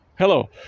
Hello